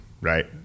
right